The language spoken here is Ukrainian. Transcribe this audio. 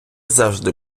завжди